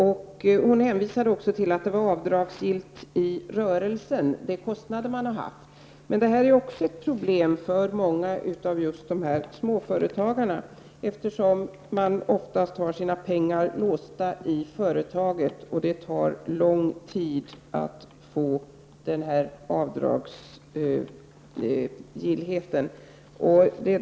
Britta Bjelle hänvisade också till att kostnaderna är avdragsgilla i rörelsen, men det är också ett problem just för många småföretagare, eftersom de oftast har sina pengar låsta i företaget och det tar lång tid innan de drar nytta av avdragsrätten.